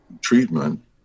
treatment